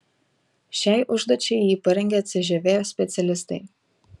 šiai užduočiai jį parengę cžv specialistai